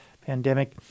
pandemic